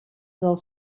del